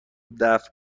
دفع